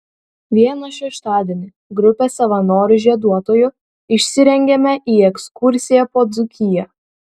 vieną šeštadienį grupė savanorių žieduotojų išsirengėme į ekskursiją po dzūkiją